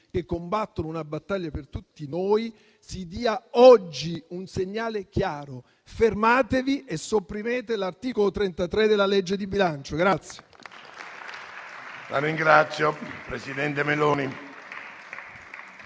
che combattono una battaglia per tutti noi, si dia oggi un segnale chiaro. Fermatevi e sopprimete l'articolo 33 del disegno di legge di bilancio.